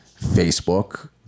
Facebook